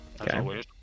Okay